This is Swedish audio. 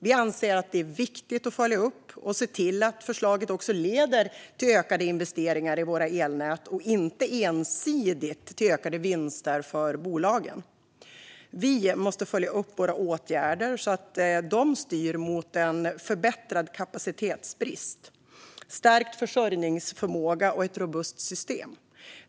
Vi anser att det är viktigt att följa upp och se till att förslaget leder till ökade investeringar i våra elnät och inte ensidigt till ökade vinster för bolagen. Vi måste följa upp våra åtgärder så att vi ser att de styr mot en förbättrad kapacitet, en stärkt försörjningsförmåga och ett robust system.